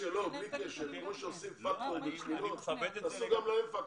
כמו שעושים פקטור בבחינות, תעשו גם להם פקטור.